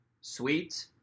sweet